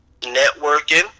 networking